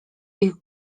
ich